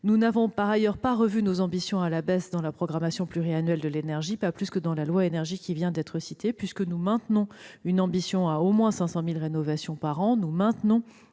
nous n'avons pas revu nos ambitions à la baisse dans le cadre de la programmation pluriannuelle de l'énergie, pas plus que dans la loi Énergie qui vient d'être citée, puisque nous maintenons notre ambition de 500 000 rénovations par an. Nous maintenons